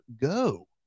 go